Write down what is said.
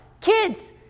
kids